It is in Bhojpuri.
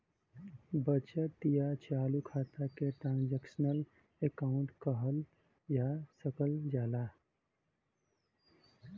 बचत या चालू खाता के ट्रांसक्शनल अकाउंट कहल जा सकल जाला